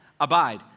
Abide